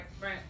right